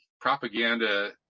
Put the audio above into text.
propaganda